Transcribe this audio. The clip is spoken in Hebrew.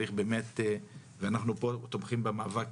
ואנחנו פתחנו פה קבוצה